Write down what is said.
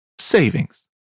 savings